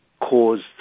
caused